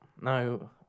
no